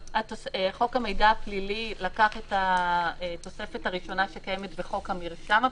חוק המידע הפלילי לקח את התוספת הראשונה שקיימת בחוק המרשם הפלילי,